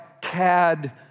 CAD